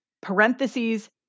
parentheses